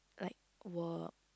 like work